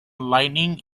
lightning